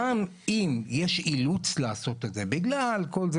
גם אם יש אילוץ לעשות את זה בגלל כל זה